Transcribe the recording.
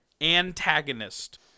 antagonist